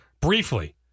Briefly